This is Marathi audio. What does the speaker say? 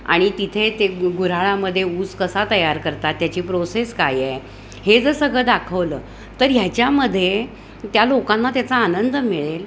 आणि तिथे ते गुऱ्हाळामधे ऊस कसा तयार करतात त्याची प्रोसेस काय आहे हे जर सगळं दाखवलं तर ह्याच्यामध्ये त्या लोकांना त्याचा आनंद मिळेल